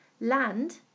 Land